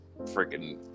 freaking